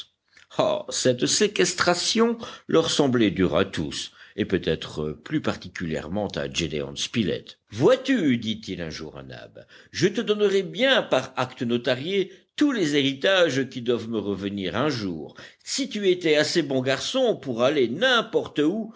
ah cette séquestration leur semblait dure à tous et peut-être plus particulièrement à gédéon spilett vois-tu dit-il un jour à nab je te donnerais bien par acte notarié tous les héritages qui doivent me revenir un jour si tu étais assez bon garçon pour aller n'importe où